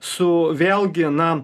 su vėlgi na